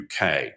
UK